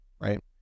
right